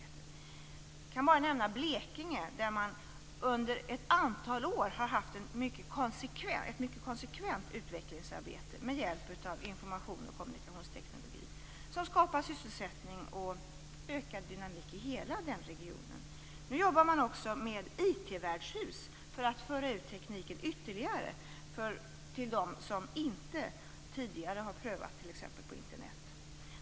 Jag kan bara nämna Blekinge där man under ett antal år har haft ett mycket konsekvent utvecklingsarbete med hjälp av informations och kommunikationsteknik. Det skapar sysselsättning och ökad dynamik i hela den regionen. Nu jobbar man också med IT-värdshus för att föra ut tekniken ytterligare till dem som inte tidigare har prövat t.ex. Internet.